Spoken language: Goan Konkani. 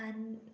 आनी